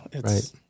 Right